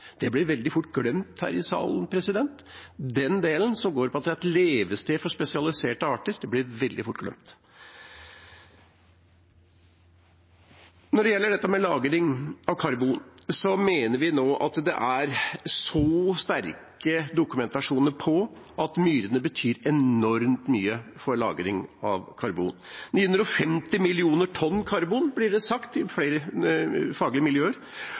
Det blir veldig fort glemt her i salen, den delen som går på at det er et levested for spesialiserte arter. Når det gjelder lagring av karbon, mener vi nå at det er sterk dokumentasjon på at myrene betyr enormt mye for lagring av karbon. 950 millioner tonn karbon blir det sagt i flere faglige miljøer,